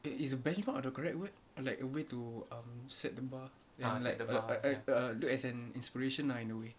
is bangkok the correct word like a way to um set the bar like I I err do as an inspiration ah in a way